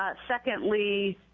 ah secondly,